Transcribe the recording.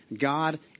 God